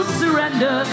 surrender